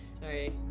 Sorry